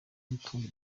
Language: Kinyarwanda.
n’utundi